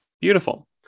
Beautiful